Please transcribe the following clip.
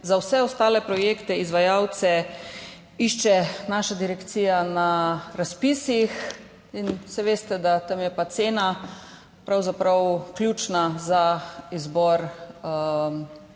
za vse ostale projekte izvajalce išče naša direkcija na razpisih. In saj veste, da tam je pa cena pravzaprav ključna za izbor